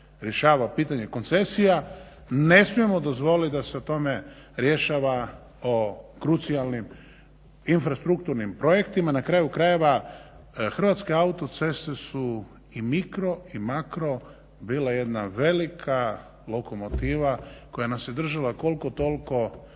pitanje koncesija ne smijemo dozvoliti da se o tome rješava o krucijalnim infrastrukturnim projektima, na kraju krajeva Hrvatske autoceste su i mikro, i makro, bila jedna velika lokomotiva koja nas je držala koliko toliko